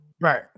Right